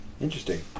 interesting